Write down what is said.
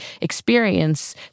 experience